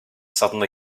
suddenly